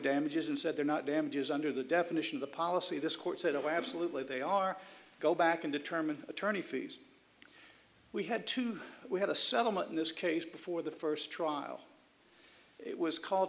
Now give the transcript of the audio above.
damages and said they're not damages under the definition the policy this court said oh absolutely they are go back and determine attorney fees we had to we had a settlement in this case before the first trial it was called